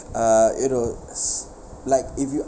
uh you know as~ like if you